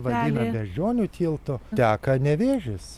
vadina beždžionių tiltu teka nevėžis